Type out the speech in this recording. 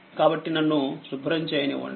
కాబట్టినన్ను శుభ్రం చేయనివ్వండి